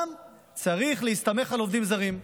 צריך להסתמך על עובדים זרים.